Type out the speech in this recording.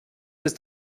ist